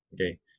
Okay